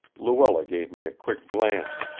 luella gave me a quick glance.